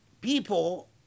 people